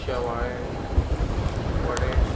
शेवाळें व्हडें